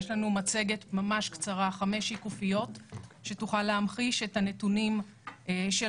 יש לנו מצגת ממש קצרה שתוכל להמחיש את הנתונים של